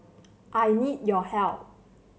I need your help